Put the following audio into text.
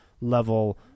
level